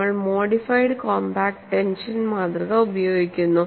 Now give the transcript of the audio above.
നമ്മൾ modified compact tension മാതൃക ഉപയോഗിക്കുന്നു